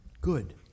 Good